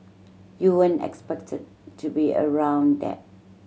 you weren't expected to be around that